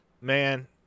man